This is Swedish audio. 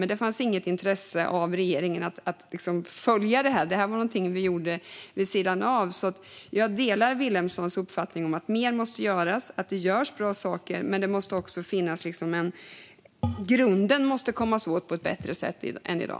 Men det fanns inget intresse från regeringens sida att följa upp detta. Det var något vi gjorde vid sidan av. Jag delar Vilhelmssons uppfattning att mer måste göras. Det görs bra saker, men man måste komma åt grunden på ett bättre sätt än i dag.